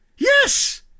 Yes